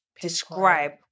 describe